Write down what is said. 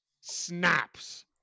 snaps